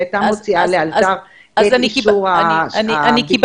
היא הייתה מוציאה לאלתר את אישור הביקור